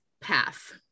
path